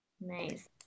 Nice